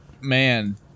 Man